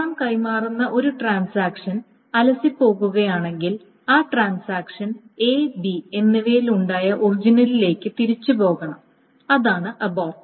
പണം കൈമാറുന്ന ഒരു ട്രാൻസാക്ഷൻ അലസിപ്പോകുകയാണെങ്കിൽ ആ ട്രാൻസാക്ഷൻ എ ബി എന്നിവയിൽ ഉണ്ടായ ഒറിജിനലിലേക്ക് തിരിച്ചുപോകണം അതാണ് അബോർട്ട്